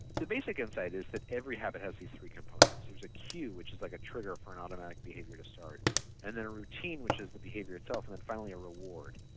the basic insight is that every habit has these three components. there's a cue which is like a trigger for an automatic behavior to start and then a routine which is behavior itself and and finally a reward.